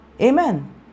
Amen